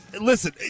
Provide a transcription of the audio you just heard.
listen